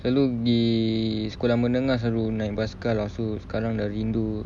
selalu pergi sekolah menengah selalu naik basikal lepas tu sekarang dah rindu